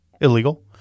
illegal